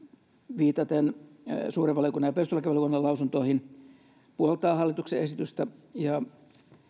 viitaten suuren valiokunnan ja perustuslakivaliokunnan lausuntoihin puoltaa hallituksen esitystä ja